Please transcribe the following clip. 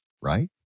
right